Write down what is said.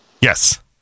Yes